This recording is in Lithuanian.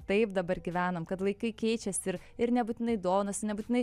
taip dabar gyvenam kad laikai keičiasi ir ir nebūtinai dovanos nebūtinai